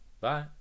bye